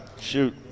Shoot